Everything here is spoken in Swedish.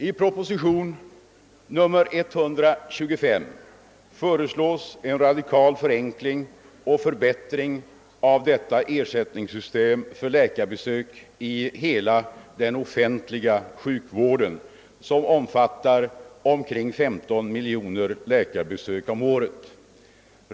I propositionen 125 föreslås en radikal förenkling och förbättring av detta ersättningssystem för läkarbesök i hela den offentliga sjukvården, som omfattar omkring 15 miljoner läkarbesök om året.